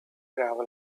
gravel